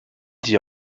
dit